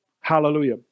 Hallelujah